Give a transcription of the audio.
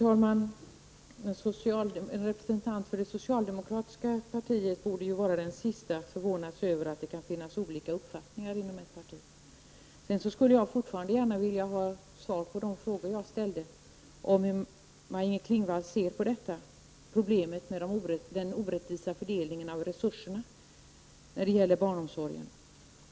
Herr talman! En representant för det socialdemokratiska partiet borde vara den sista att förvånas över att det kan finnas olika uppfattningar inom ett parti. Jag skulle fortfarande gärna vilja ha svar på de frågor jag ställde och veta hur Maj-Inger Klingvall ser på problemet med den orättvisa fördelningen av resurserna när det gäller barnomsorgen.